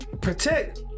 protect